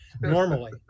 normally